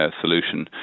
solution